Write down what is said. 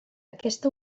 aquesta